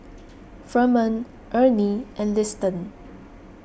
Ferman Ernie and Liston